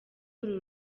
uru